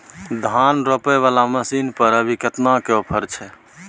धान रोपय वाला मसीन पर अभी केतना के ऑफर छै?